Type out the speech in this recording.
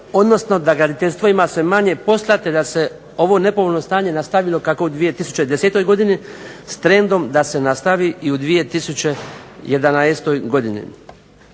odnosno da graditeljstvo ima sve manje posla te da se ovo nepovoljno stanje nastavilo kako u 2010. godini s trendom da se nastavi i u 2011. godini.